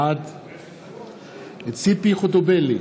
בעד ציפי חוטובלי,